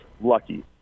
Lucky